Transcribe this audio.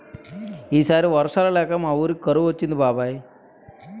ఈ సారి వర్షాలు లేక మా వూరికి కరువు వచ్చింది బాబాయ్